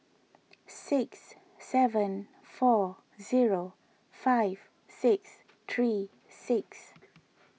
six seven four zero five six three six